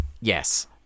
Yes